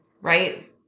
right